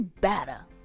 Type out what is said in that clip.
better